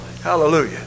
Hallelujah